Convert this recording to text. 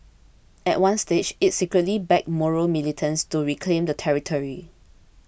at one stage it secretly backed Moro militants to reclaim the territory